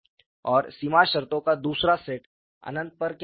और सीमा शर्तों का दूसरा सेट अनंत पर क्या होता है